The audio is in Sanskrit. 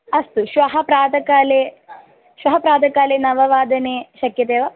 अस्तु श्वः प्रातःकाले श्वः प्रातःकाले नववादने शक्यते वा